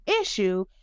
issue